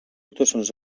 actuacions